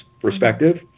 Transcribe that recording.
perspective